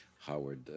Howard